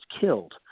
killed